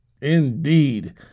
Indeed